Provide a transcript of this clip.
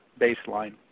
baseline